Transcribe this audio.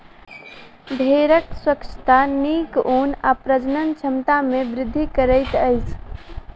भेड़क स्वच्छता नीक ऊन आ प्रजनन क्षमता में वृद्धि करैत अछि